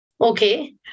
okay